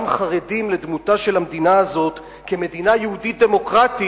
גם חרדים לדמותה של המדינה הזאת כמדינה יהודית-דמוקרטית.